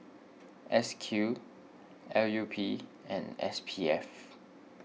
S Q L U P and S P F